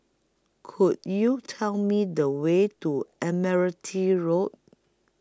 Could YOU Tell Me The Way to Admiralty Road